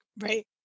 right